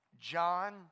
John